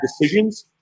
decisions